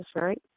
right